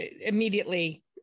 immediately